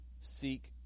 seek